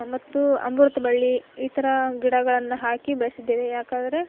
ಮತ್ತು ಅಮೃತ ಬಳ್ಳಿ ಈ ಥರ ಗಿಡಗಳನ್ನ ಹಾಕಿ ಬೆಳೆಸಿದ್ದೀವಿ ಯಾಕೆಂದರೆ